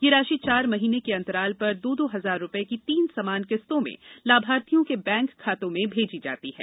यह राशि चार महीने के अंतराल पर दो दो हजार रूपये की तीन समान किस्तों में लाभार्थियों के बैंक खातों में भेजी जाती है